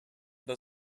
the